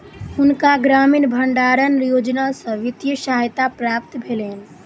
हुनका ग्रामीण भण्डारण योजना सॅ वित्तीय सहायता प्राप्त भेलैन